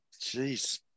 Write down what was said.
jeez